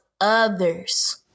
others